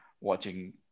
watching